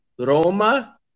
Roma